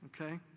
Okay